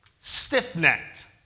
stiff-necked